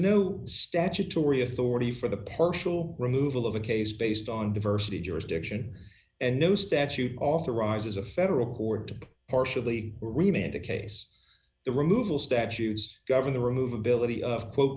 no statutory authority for the partial removal of a case based on diversity jurisdiction and those statute authorizes a federal court to partially remained a case the removal statues govern the remove ability of quote